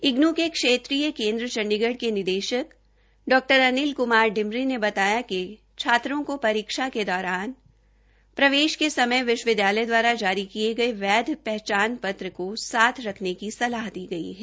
इग्नू के क्षेत्रीय केंद्र चंडीगढ़ के निर्देशक डॉ अनिल कुमार डिमरी ने बताया कि छात्रों को परीक्षा के दौरान प्रवेश के समय विश्वविद्यालय द्वारा जारी किए गए वैंध पहचान पत्र को साथ रखने की सलाह दी गई है